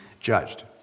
judged